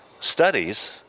studies